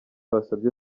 wasabye